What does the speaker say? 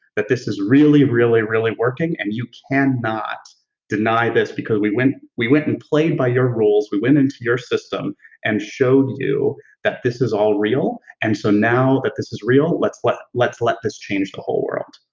that this is really, really, really working and you cannot deny this, because we went we went and played by your rules, we went into your system and showed you that this is all real, and so now that this is real, let's let let's let this change the whole world.